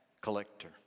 collector